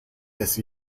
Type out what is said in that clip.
this